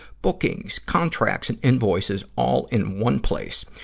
bookings, contracts, and invoices all in one place.